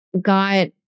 got